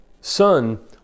Son